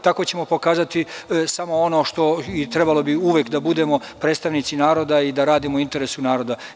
Tako ćemo pokazati samo ono što bismo uvek trebali da budemo – predstavnici naroda i da radimo u interesu naroda.